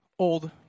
old